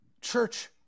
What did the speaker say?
church